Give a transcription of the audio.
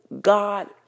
God